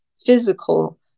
physical